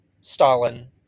Stalin